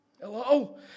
Hello